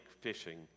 fishing